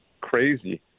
crazy